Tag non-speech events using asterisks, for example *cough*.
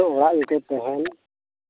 ᱡᱟᱦᱟᱸ ᱛᱤᱱᱟᱹᱜ ᱦᱚᱲᱟᱜ ᱤᱠᱟᱹ ᱠᱟᱱᱟ *unintelligible*